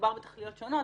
מדובר בתכליות שונות.